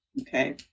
okay